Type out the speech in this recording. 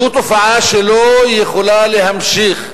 זו תופעה שלא יכולה להימשך.